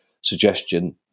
suggestion